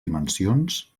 dimensions